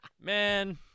man